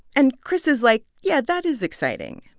and chris is like, yeah, that is exciting.